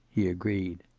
he agreed.